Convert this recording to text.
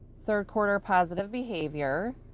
third quarter positive behavior,